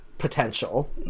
Potential